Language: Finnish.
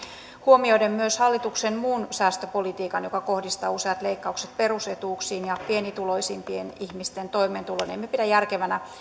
huomioiden myös hallituksen muun säästöpolitiikan joka kohdistaa useat leikkaukset perusetuuksiin ja pienituloisimpien ihmisten toimeentuloon emme pidä järkevänä